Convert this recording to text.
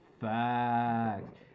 Fact